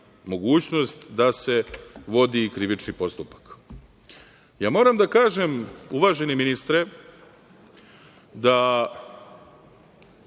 mogućnost da se vodi i krivični postupak. Moram da kažem, uvaženi ministre, da